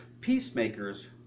peacemakers